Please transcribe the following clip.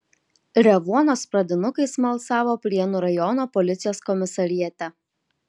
revuonos pradinukai smalsavo prienų rajono policijos komisariate